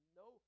no